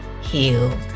healed